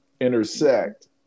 intersect